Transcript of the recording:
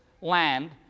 land